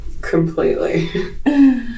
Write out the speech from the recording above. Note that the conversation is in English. completely